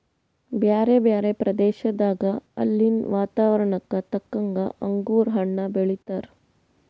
ಬ್ಯಾರೆ ಬ್ಯಾರೆ ಪ್ರದೇಶದಾಗ ಅಲ್ಲಿನ್ ವಾತಾವರಣಕ್ಕ ತಕ್ಕಂಗ್ ಅಂಗುರ್ ಹಣ್ಣ್ ಬೆಳೀತಾರ್